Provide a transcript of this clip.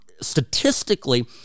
statistically